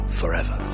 forever